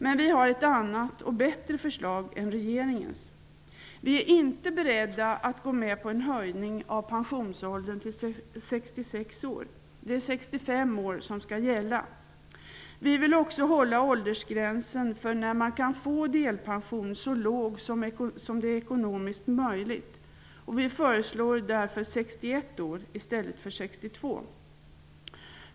Men vi har ett annat och bättre förslag än regeringen. Vi är inte beredda att gå med på en höjning av pensionsåldern till 66 år. Det är 65 år som skall gälla. Vi vill också hålla åldersgränsen för när man kan få delpension så låg som det är ekonomiskt möjligt. Vi föreslår 61 år i stället för 62 år.